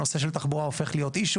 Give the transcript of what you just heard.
נושא של תחבורה הופך להיות עניין.